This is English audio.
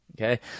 Okay